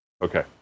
Okay